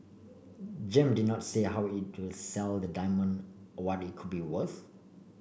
Gem did not say how it will sell the diamond what it could be worth